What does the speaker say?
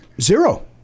Zero